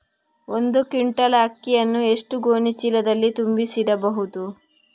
ಒಂದು ಕ್ವಿಂಟಾಲ್ ಅಕ್ಕಿಯನ್ನು ಎಷ್ಟು ಗೋಣಿಚೀಲದಲ್ಲಿ ತುಂಬಿಸಿ ಇಡಬಹುದು?